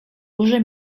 róże